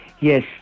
Yes